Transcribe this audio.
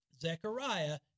Zechariah